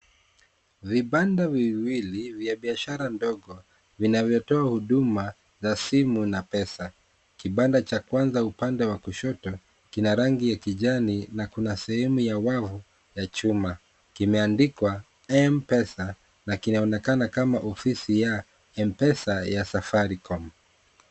Vibanda viwili vya biashara ndogo vinavyotoa huduma za sima na pesa. Kibanda cha kwanza upande wa kushoto kina rangi ya kijani na kuna sehemu ya wavu ya chuma. Kimeandikwa M-Pesa na kinaonekana kama ofisi ya M-Pesa ya Safaricom.